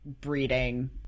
breeding